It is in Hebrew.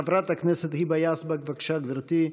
חברת הכנסת היבה יזבק, בבקשה, גברתי.